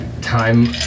time